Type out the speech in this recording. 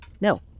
No